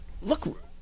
look